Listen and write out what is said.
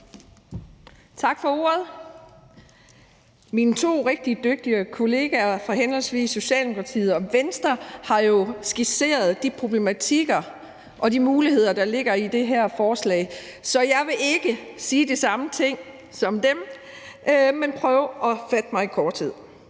Tak for ordet. Mine to rigtig dygtige kollegaer fra henholdsvis Socialdemokratiet og Venstre har jo skitseret de problematikker og de muligheder, der ligger i det her forslag, så jeg vil ikke sige de samme ting som dem, men prøve at fatte mig i korthed.